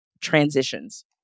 transitions